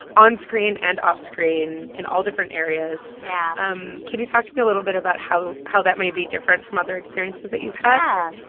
onscreen and offscreen, in all different areas yeah um can you talk to me a little bit about how how that may be different from other experiences that you've had?